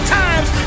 times